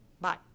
Bye